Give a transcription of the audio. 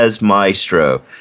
Maestro